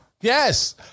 Yes